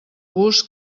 bus